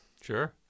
Sure